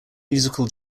musical